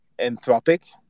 Anthropic